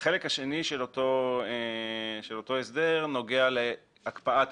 החלק השני של אותו הסדר נוגע להקפאת מועדים,